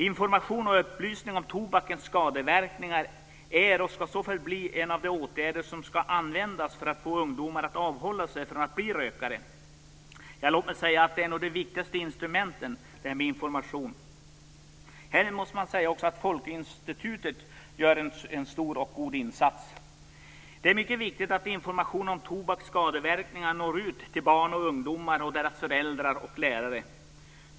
Information och upplysning om tobakens skadeverkningar är och skall så förbli en av de åtgärder som skall användas för att få ungdomar att avhålla sig från att bli rökare. Ja, låt mig säga att detta med information är nog det viktigaste instrumentet. Folkhälsoinstitutet gör stora och goda insatser på detta område. Det är mycket viktigt att information om tobakens skadeverkningar når ut till barn, ungdomar, deras föräldrar och lärare.